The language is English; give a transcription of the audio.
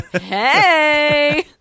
Hey